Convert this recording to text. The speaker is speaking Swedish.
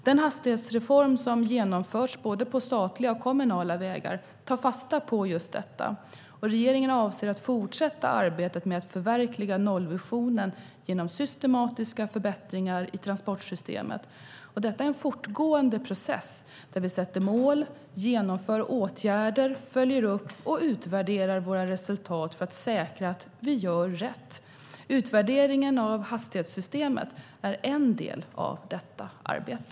Den hastighetsreform som genomförts på både statliga och kommunala vägar tar fasta på just detta. Regeringen avser att fortsätta arbetet med att förverkliga nollvisionen genom systematiska förbättringar i transportsystemet. Detta är en fortgående process där vi sätter upp mål, genomför åtgärder, följer upp och utvärderar våra resultat för att säkra att vi gör rätt. Utvärderingen av hastighetssystemet är en del av detta arbete.